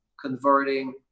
converting